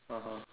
(uh huh)